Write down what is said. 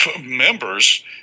members